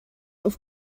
auf